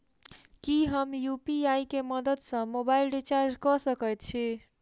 की हम यु.पी.आई केँ मदद सँ मोबाइल रीचार्ज कऽ सकैत छी?